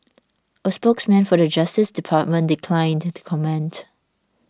a spokesman for the Justice Department declined to comment